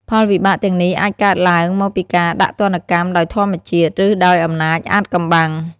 ផលវិបាកទាំងនេះអាចកើតឡើងមកពីការដាក់ទណ្ឌកម្មដោយធម្មជាតិ ឬដោយអំណាចអាថ៌កំបាំង។